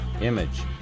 image